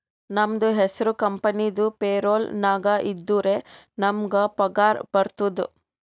ನಮ್ದು ಹೆಸುರ್ ಕಂಪೆನಿದು ಪೇರೋಲ್ ನಾಗ್ ಇದ್ದುರೆ ನಮುಗ್ ಪಗಾರ ಬರ್ತುದ್